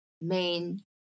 main